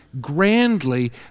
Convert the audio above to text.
grandly